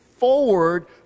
forward